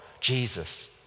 Jesus